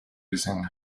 using